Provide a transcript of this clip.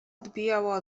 odbijała